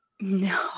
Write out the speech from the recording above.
No